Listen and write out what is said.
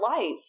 life